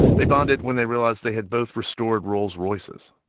they bonded when they realized they had both restored rolls-royces.